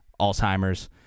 Alzheimer's